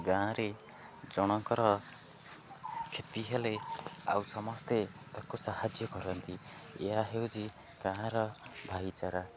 ଗାଁରେ ଜଣଙ୍କର କ୍ଷତି ହେଲେ ଆଉ ସମସ୍ତେ ତାକୁ ସାହାଯ୍ୟ କରନ୍ତି ଏହା ହେଉଛି ଗାଁର ଭାଇଚାରା